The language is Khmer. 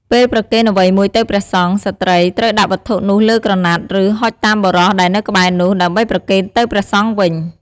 ពេលប្រគេនអ្វីមួយទៅព្រះសង្ឃ ស្ត្រីត្រូវដាក់វត្ថុនោះលើក្រណាត់ ឬ ហុចតាមបុរសដែលនៅក្បែរនោះ ដើម្បីប្រគេនទៅព្រះសង្ឃវិញ។